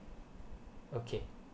okay